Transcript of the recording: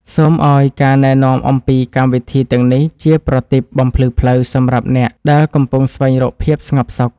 សូមឱ្យការណែនាំអំពីកម្មវិធីទាំងនេះជាប្រទីបបំភ្លឺផ្លូវសម្រាប់អ្នកដែលកំពុងស្វែងរកភាពស្ងប់សុខ។